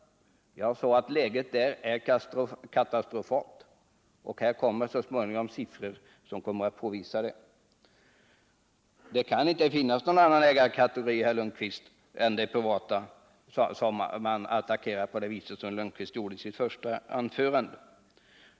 Jag sade att läget där är katastrofalt, och det kommer så småningom siffror som påvisar det. Det kan inte finnas någon annan ägarkategori, herr Lundkvist, än de privata ägarna som man attackerar på det vis som Svante Lundkvist gjorde i sitt första anförande.